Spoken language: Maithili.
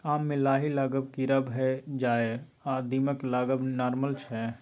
आम मे लाही लागब, कीरा भए जाएब आ दीमक लागब नार्मल छै